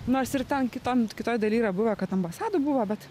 nors ir ten kiton kitoj daly yra buvę kad ambasadų buvo bet